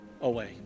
away